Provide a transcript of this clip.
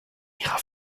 ihrer